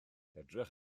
edrych